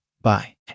Bye